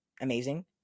amazing